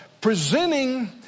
presenting